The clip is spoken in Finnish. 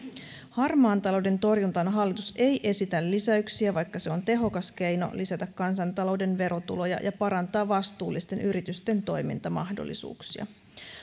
harmaan talouden torjuntaan hallitus ei esitä lisäyksiä vaikka se on tehokas keino lisätä kansantalouden verotuloja ja parantaa vastuullisten yritysten toimintamahdollisuuksia